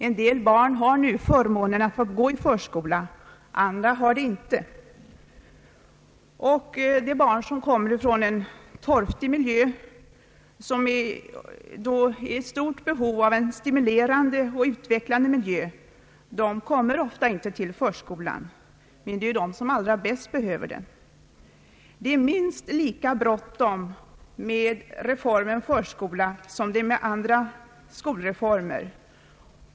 En del barn har nu förmånen att få gå i förskola, andra har det inte. De barn som lever i torftiga förhållanden och som därför är i stort behov av en stimulerande och utvecklande miljö kommer ofta inte till förskolan. Men det är som sagt de som allra bäst behöver den. Det är minst lika bråttom med reformen förskola som det är med andra skolreformer.